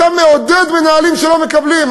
אתה מעודד מנהלים שלא מקבלים.